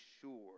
sure